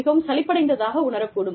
மிகவும் சலிப்படைந்ததாக உணரக் கூடும்